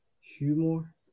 humor